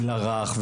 הגיל הרך.